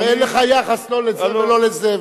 הרי אין לך יחס לא לזה ולא לזה,